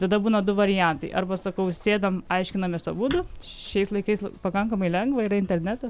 tada būna du variantai arba sakau sėdam aiškinamės abudu šiais laikais pakankamai lengva yra internetas